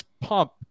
pump